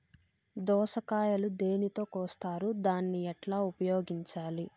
దోస కాయలు దేనితో కోస్తారు దాన్ని ఎట్లా ఉపయోగించాలి?